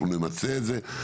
אנחנו נמצה את זה.